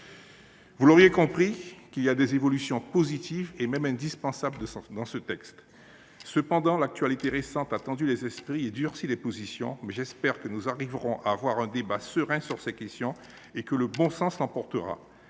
Vous l’aurez compris, ce texte comporte des évolutions positives, et même indispensables. Cependant, l’actualité récente a tendu les esprits et durci les positions. J’espère que nous parviendrons à tenir un débat serein sur ces questions, et que le bon sens l’emportera.